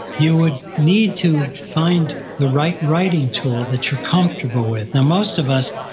you would need to find the right writing tool that you're comfortable with now most of us,